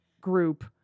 group